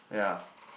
ya